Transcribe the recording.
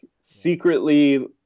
Secretly